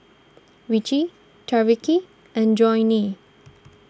Ricci Tyreke and Johnnie